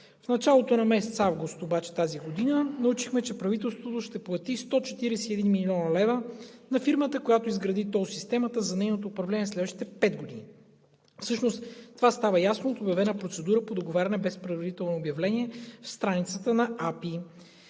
В началото на месец август тази година обаче научихме, че правителството ще плати 141 млн. лв. на фирмата, която изгради тол системата за нейното управление в следващите пет години. Всъщност това става ясно в обявена процедура по договаряне без предварително обявление в страницата на